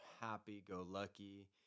happy-go-lucky